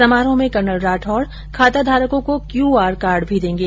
समारोह में कर्नल राठौड खाताधारकों को क्यू आर कार्ड भी देंगे